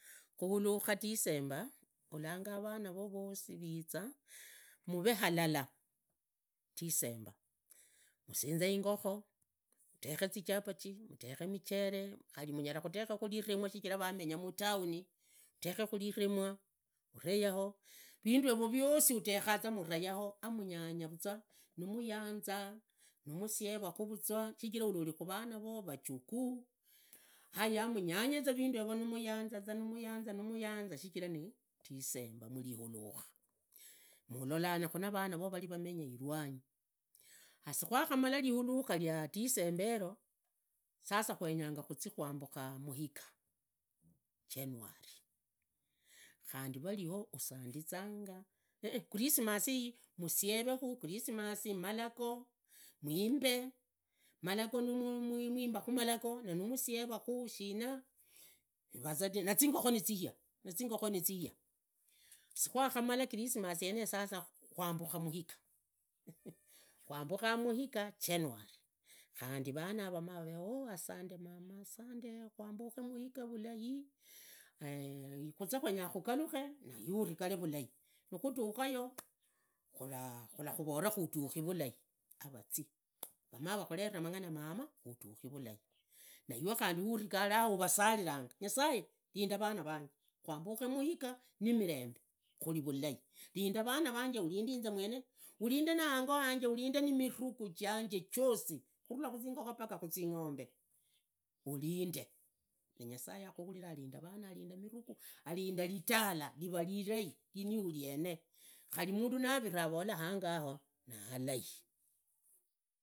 Khuhulukha disemba, halanga vana vovo vasi viza, muve halala disemba. Musinze ingokho, mutekhe zichavati mutekhe michere, khari munyala kutekha viremwa shichira vamenya mutauni utekhe viremwa uree yao, vinduyevo vyosi utekhaza murayao, amanyangavaza nimuyanza, nimusievakhu vuzwa sichira ulori khu vana vovo, vajukuu haya amunyange vindi yevo nimuyanza nimuyanza za nimuyanza shichira ni disemba muhulukha khulukha lia disemba yero sasa kwenya khazii kwambukha muhiga january, khandi vario husandizanga enee christmasi iyi musievekhu, musieve malago. mwimbe malago numwimbakhu malago, numusievakhu shina, rivaza na zingokho niziyaa nazingokho niziga, sikwakhamala christmasi yeneyo kwambukha muhiga, khuambukha muhiga january, khandi vanara vanavereo sande mamaa mbukhi muhiga vulai khuze khwenya khugalikhe niive uvigale vulayi nikhudukhayo, khavakhuvola khutukhi vulai, avazii, vamaa vakhurera mang'ana mama khutukhi vulai na ivee hurikhale awenao uvusariranga nyasaye vinda vana vanje kwambukhe muhiga namivembe khari vulai vinda vana vanje uvinde inze mwene, uvinde na hango, uvinde na marugu yanje josi khurula muzingokho paka muzingombe uvinde na nyasaye akhunulilanga avinda vana avinda mivugu avindu vitala nivaa virai viniu viene, khari mundu navira avola hango hao nuhalai.